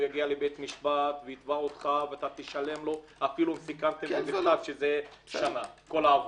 הוא יגיע לבית משפט ויתבע אותך גם אם סיכמתם שזה שנה כל העבודה.